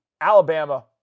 Alabama